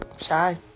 Shy